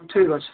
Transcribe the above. ଠିକ୍ ଅଛି